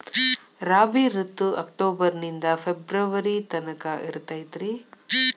ರಾಬಿ ಋತು ಅಕ್ಟೋಬರ್ ನಿಂದ ಫೆಬ್ರುವರಿ ತನಕ ಇರತೈತ್ರಿ